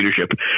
leadership